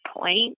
point